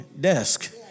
desk